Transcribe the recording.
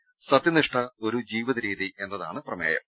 സത്യനിഷ്ഠ ഒരു ജീവിത രീതി എന്നതാണ് പ്രമേയം